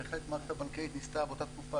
בהחלט המערכת הבנקאית ניסתה באותה תקופה,